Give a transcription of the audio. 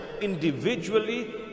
individually